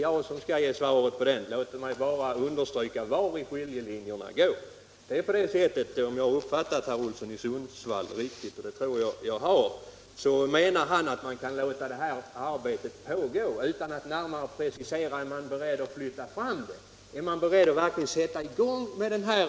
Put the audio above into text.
Låt mig bara understryka var skiljelinjerna går. Herr Olsson i Sundsvall menar — om jag har uppfattat honom riktigt, och det tror jag att jag har — att man kan låta det här arbetet pågå utan att närmare precisera när man är beredd att verkligen sätta i gång med utredningen.